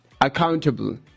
accountable